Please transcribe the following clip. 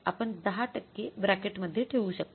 आपण 10 टक्के ब्रॅकेटमध्ये ठेवू शकता